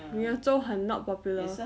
你的粥很 not popular